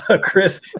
Chris